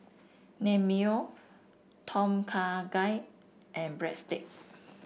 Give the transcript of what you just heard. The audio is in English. Naengmyeon Tom Kha Gai and Breadstick